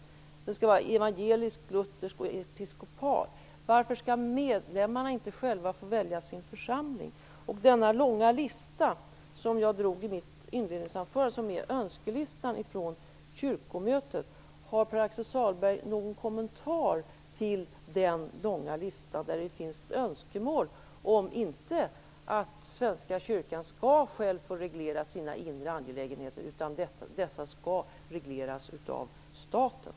Den skall vara evangeliskluthersk och episkopal. Varför skall medlemmarna inte själva få välja sin församling? Har Pär-Axel Sahlberg någon kommentar till den långa lista som jag drog i mitt inledningsanförande, som är en önskelista från kyrkomötet? Där finns ett önskemål, inte om att Svenska kyrkan själv skall få reglera sina inre angelägenheter, utan dessa skall regleras av staten.